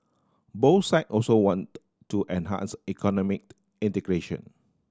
both side also want to enhance economy integration